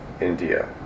India